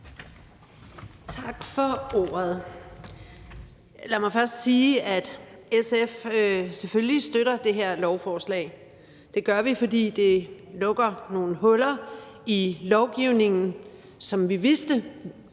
Tak for ordet. Lad mig først sige, at SF selvfølgelig støtter det her lovforslag. Det gør vi, fordi det lukker nogle huller i lovgivningen, som vi vidste